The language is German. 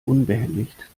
unbehelligt